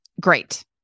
great